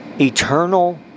eternal